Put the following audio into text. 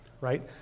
right